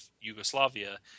Yugoslavia